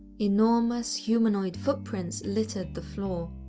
enormous, humanoid footprints littered the floor.